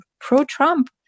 pro-Trump